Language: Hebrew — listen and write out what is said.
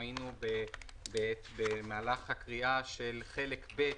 היינו במהלך הקריאה של חלק ב'